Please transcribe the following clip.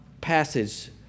passage